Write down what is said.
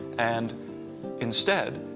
and instead,